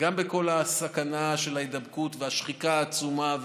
בכל הסכנה של ההידבקות, והשחיקה העצומה,